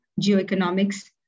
Geoeconomics